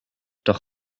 doch